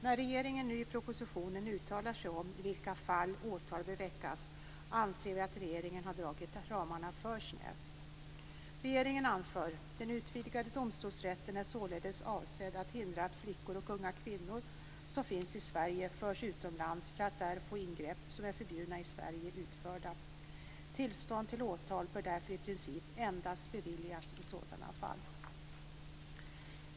När regeringen nu i propositionen uttalar sig om i vilka fall åtal bör väckas, anser vi att regeringen har dragit ramarna för snävt. Regeringen anför: "Den utvidgade domstolsrätten är således avsedd att hindra att flickor och unga kvinnor som finns i Sverige förs utomlands för att där få ingrepp som är förbjudna i Sverige utförda. Tillstånd till åtal bör därför i princip endast beviljas i sådana fall."